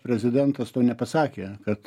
prezidentas to nepasakė kad